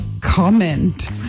comment